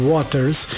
Waters